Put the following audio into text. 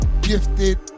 Gifted